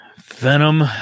Venom